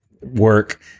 work